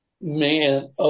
man